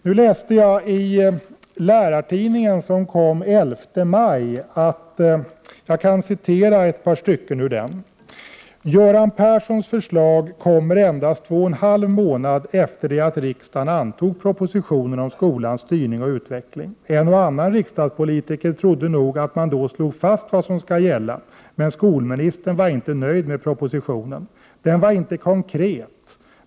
Nu läste jag i det nummer av Lärartidningen som utkom den 11 maj följande: ”Göran Perssons förslag kommer endast två och en halv månad efter det att riksdagen antog propositionen om skolans styrning och utveckling. En och annan riksdagspolitiker trodde nog att man då slog fast vad som ska gälla. Men skolministern var inte nöjd med propositionen. - Den var inte konkret.